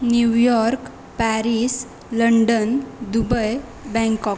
New York Paris London Dubai Bangkok